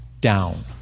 down